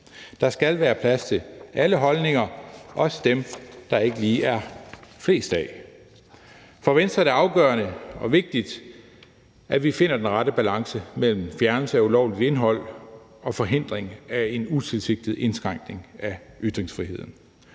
Der skal være plads til alle holdninger, også dem, der ikke lige er flest af. For Venstre er det afgørende og vigtigt, at vi finder den rette balance mellem fjernelse af ulovligt indhold og forhindring af en utilsigtet indskrænkning af ytringsfriheden.